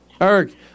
Eric